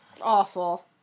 Awful